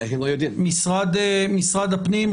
משרד הפנים,